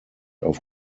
auf